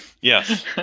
Yes